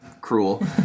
cruel